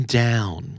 down